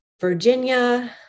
Virginia